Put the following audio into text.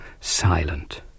silent